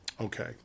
Okay